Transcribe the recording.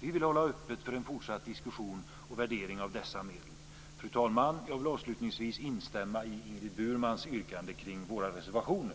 Vi vill hålla öppet för en fortsatt diskussion och värdering av dessa medel. Fru talman! Jag vill avslutningsvis instämma i Ingrid Burmans yrkande kring våra reservationer.